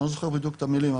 אני לא זוכר בדיוק את המילים,